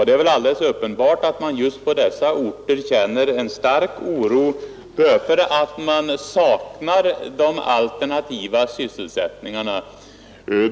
Det är väl alldeles uppenbart att man just på dessa orter känner stark oro, eftersom man saknar de alternativa sysselsättningarna.